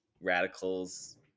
radicals